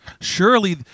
Surely